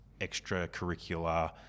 extracurricular